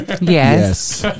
Yes